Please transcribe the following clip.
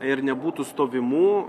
ir nebūtų stovimų